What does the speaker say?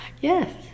Yes